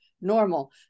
normal